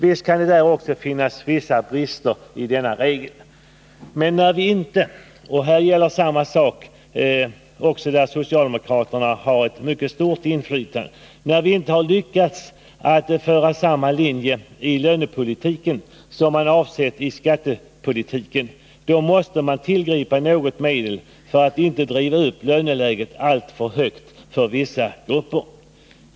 Visst kan det också där finnas vissa brister, men när vi inte har lyckats föra samma linje i lönepolitiken — och där har socialdemokraterna ett mycket stort inflytande — som man avsett i skattepolitiken, då måste man tillgripa något medel för att inte driva upp löneläget alltför högt för vissa grupper.